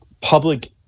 public